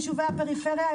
יישובי הפריפריה,